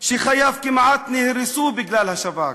שחייו כמעט נהרסו בגלל השב"כ,